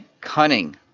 Cunning